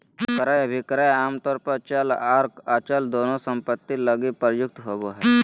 क्रय अभिक्रय आमतौर पर चल आर अचल दोनों सम्पत्ति लगी प्रयुक्त होबो हय